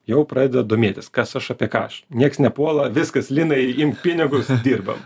jau pradeda domėtis kas aš apie ką aš nieks nepuola viskas linai imk pinigus dirbam